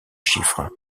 chiffres